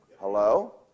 Hello